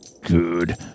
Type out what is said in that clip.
Good